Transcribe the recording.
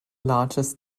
largest